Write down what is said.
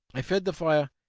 i fed the fire,